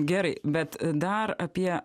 gerai bet dar apie